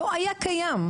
לא היה קיים.